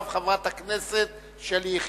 חברת הכנסת שלי יחימוביץ.